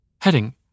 Heading